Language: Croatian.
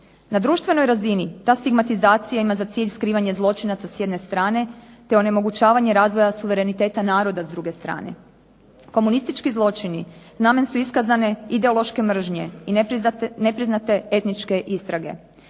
Na društvenoj razini ta stigmatizacija ima za cilj skrivanje zločinaca s jedne strane te onemogućavanje razvoja suvereniteta naroda s druge strane. Komunistički zločini znamen su iskazane ideološke mržnje i nepriznate etničke istrage.